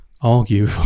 argue